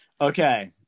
Okay